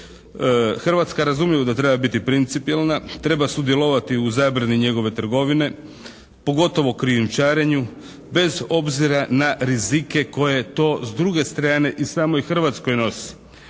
Hrvatska razumljivo da treba biti principijelna. Treba sudjelovati u zabrani njegove trgovine, pogotovo krijumčarenju, bez obzira na rizike koje to s druge strane i samoj Hrvatskoj nosi.